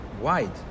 wide